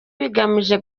bigamije